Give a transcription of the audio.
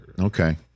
Okay